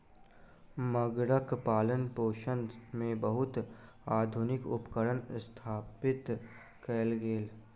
मगरक पालनपोषण मे बहुत आधुनिक उपकरण स्थापित कयल गेल